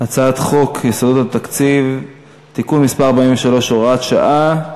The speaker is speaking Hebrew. על הצעת חוק יסודות התקציב (תיקון מס' 43 הוראת שעה).